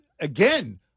again